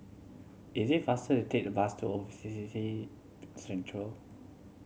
is it faster to take the bus to O C B C Centre